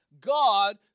God